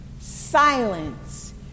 silence